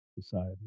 society